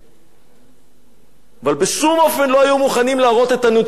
אבל בשום אופן לא היו מוכנים להראות את הנתונים האלה: אנחנו לא צריכים,